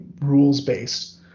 rules-based